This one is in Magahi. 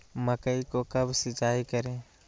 मकई को कब सिंचाई करे?